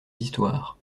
histoires